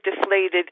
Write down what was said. deflated